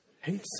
Hate